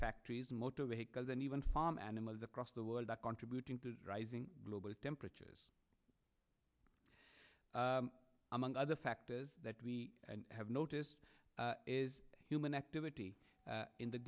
factories motor vehicles and even farm animals across the world that contributing to rising global temperatures among other factors that we have noticed is human activity in the